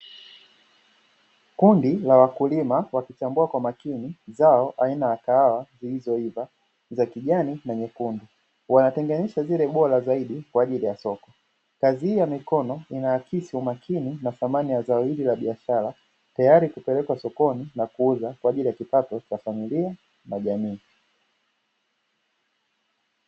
Kundi la wakulima wakichambua kwa makini zao aina ya kahawa zilizoiva, za kijani na nyekundu. Wanatenganisha zile bora zaidi kwa ajili ya soko, kazi hii ya mikono inaakisi umakini na thamani ya zao hili la biashara, tayari kupelekwa sokoni na kuuza kwa ajili ya kipato cha familia na jamii.